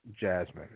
Jasmine